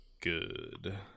Good